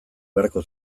beharko